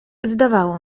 zdawało